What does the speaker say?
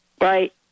Right